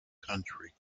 country